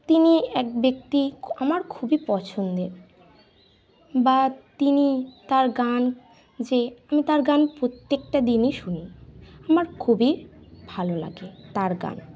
তিনি এক ব্যক্তি খ আমার খুবই পছন্দের বা তিনি তার গান যে আমি তার গান প্রত্যেকটা দিনই শুনি আমার খুবই ভালো লাগে তার গান